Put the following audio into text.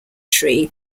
tree